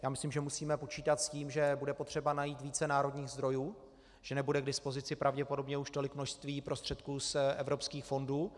Já myslím, že musíme počítat s tím, že bude potřeba najít více národních zdrojů, že nebude k dispozici pravděpodobně už tolik prostředků z evropských fondů.